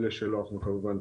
אלה שלא, אנחנו כמובן